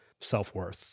self-worth